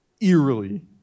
eerily